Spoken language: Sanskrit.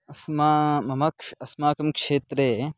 अस्माकं मम क्ष् अस्माकं क्षेत्रे